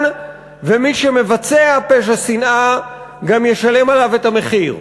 ומי שמבצע פשע שנאה גם ישלם עליו את המחיר.